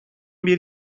bir